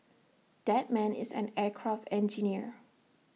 that man is an aircraft engineer